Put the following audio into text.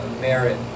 merit